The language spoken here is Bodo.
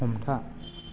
हमथा